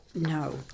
No